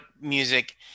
music